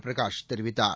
பிரகாஷ் தெரிவித்தார்